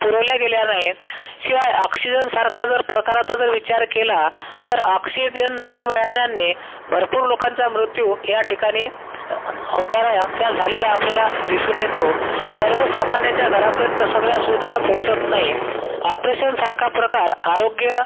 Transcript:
पुरवल्या गेल्या नाहीत शिवाय ऑक्सिजनसारखा जर प्रकाराचा जर विचार केला तर ऑक्सिजन न मिळाल्याने भरपूर लोकांचा मृत्यू या ठिकाणी ह होताळाया किंवा झालेला आपल्याला दिसून येतो सर्वसामान्याच्या घरापर्यंत सगळ्या सुविधा पोहचत नाही आपरेशनसारखा प्रकार आरोग्य